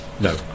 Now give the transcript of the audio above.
no